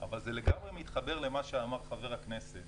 אבל זה לגמרי מתחבר למה שאמר חבר הכנסת